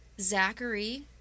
Zachary